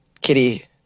Kitty